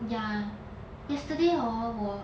ya yesterday hor 我